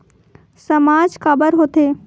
सामाज काबर हो थे?